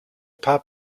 paar